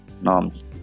norms